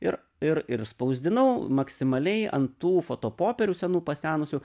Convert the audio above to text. ir ir ir spausdinau maksimaliai ant tų foto popierių senų pasenusių